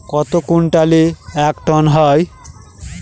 কত কুইন্টালে এক টন হয়?